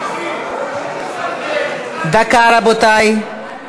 דקה, רבותי.